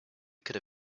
could